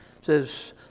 says